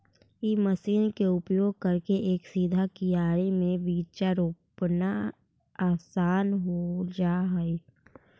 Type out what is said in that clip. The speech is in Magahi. इ मशीन के उपयोग करके एक सीधा कियारी में बीचा रोपला असान हो जा हई